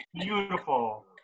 beautiful